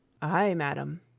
ay, madam.